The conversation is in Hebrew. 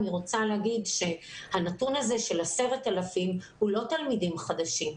אני רוצה לומר שהנתון הזה של 10,000 הוא לא תלמידים חדשים.